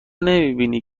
نمیبینی